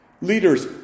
Leaders